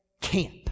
camp